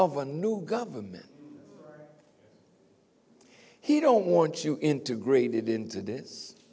of a new government he don't want you integrated into this